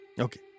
Okay